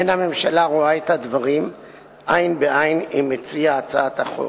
אין הממשלה רואה את הדברים עין בעין עם מציע הצעת החוק.